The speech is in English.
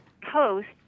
Post